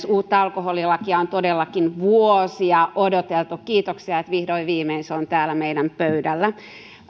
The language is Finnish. uutta alkoholilakia on todellakin vuosia odoteltu kiitoksia että se on vihdoin ja viimein täällä meidän pöydällämme